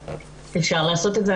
אפשר לעשות את זה.